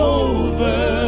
over